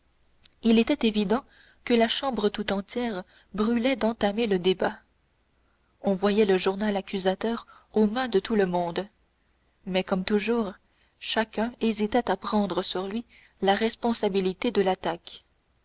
il était évident que la chambre tout entière brûlait d'entamer le débat on voyait le journal accusateur aux mains de tout le monde mais comme toujours chacun hésitait à prendre sur lui la responsabilité de l'attaque